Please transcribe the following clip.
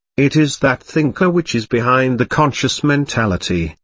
it is that thinker which is behind the conscious mentality,